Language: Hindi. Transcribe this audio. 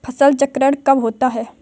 फसल चक्रण कब होता है?